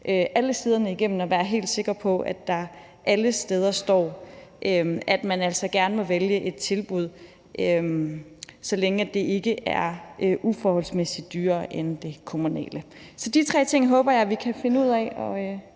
alle siderne igennem og være helt sikker på, at der alle steder står, at man altså gerne må vælge et tilbud, så længe det ikke er uforholdsmæssig dyrere end det kommunale. Så de tre ting håber jeg vi kan finde ud af,